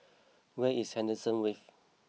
where is Henderson Wave